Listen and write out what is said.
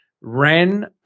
ran